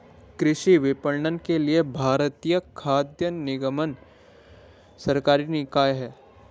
कृषि विपणन के लिए भारतीय खाद्य निगम सरकारी निकाय है